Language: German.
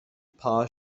paar